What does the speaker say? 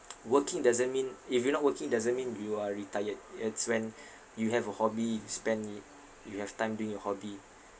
working doesn't mean if you're not working doesn't mean you are retired it's when you have a hobby spend it you have time doing your hobby